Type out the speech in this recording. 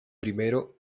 primero